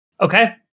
Okay